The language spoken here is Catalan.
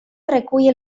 recull